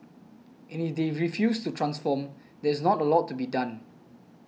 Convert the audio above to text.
and if they refuse to transform there's not a lot to be done